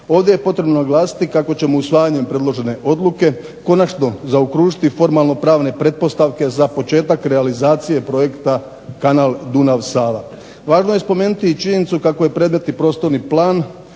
Ovdje je potrebno naglasiti kako ćemo usvajanjem predložene odluke konačno zaokružiti formalno-pravne pretpostavke za početak realizacije projekta kanal Dunav-Sava. Važno je spomenuti i činjenicu kako je predmetni prostorni plan